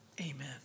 amen